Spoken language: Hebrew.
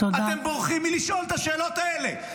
אתם בורחים מלשאול את השאלות האלה,